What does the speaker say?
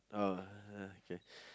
oh okay